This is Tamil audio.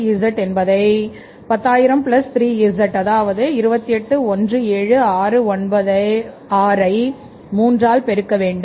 0003z என்பதைt 100003z அதாவது 2817696 மூன்றால் பெருக்க வேண்டும்